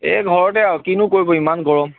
এই ঘৰতে আৰু কিনো কৰিম ইমান গৰম